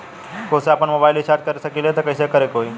खुद से आपनमोबाइल रीचार्ज कर सकिले त कइसे करे के होई?